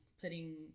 putting